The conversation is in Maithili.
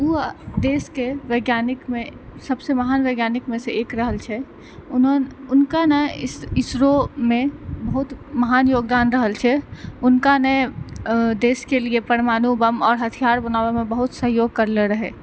ओ देश के वैज्ञानिक मे सबसे महान वैज्ञानिक मे सऽ एक रहल छै उनका ने इसरो मे बहुत महान योगदान रहल छै उनका ने देश के लिए परमाणु बम और हथियार बनाबऽ मे बहुत सहयोग करलो रहै